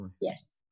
Yes